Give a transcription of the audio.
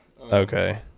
Okay